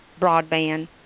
broadband